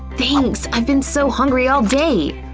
thanks, i've been so hungry all day. ah,